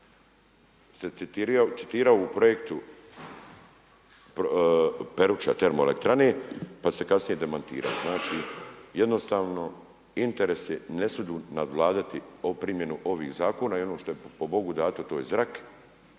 se citirao u projektu Peruča termoelektrane, pa se kasnije demantiralo. Znači jednostavno interesi ne smiju nadvladati primjenu ovih zakona. I ono što je po bogu dato to je zrak,